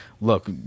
look